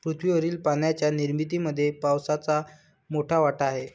पृथ्वीवरील पाण्याच्या निर्मितीमध्ये पावसाचा मोठा वाटा आहे